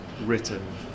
written